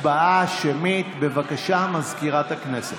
הצבעה שמית, בבקשה, מזכירת הכנסת.